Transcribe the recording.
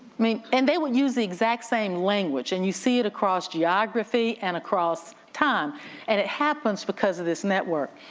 mean, and they would use the exact same language and you see it across geography and across time and it happens because of this network.